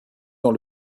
dans